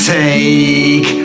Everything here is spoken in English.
take